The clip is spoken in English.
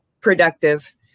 productive